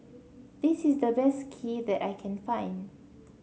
this is the best Kheer that I can find